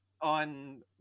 on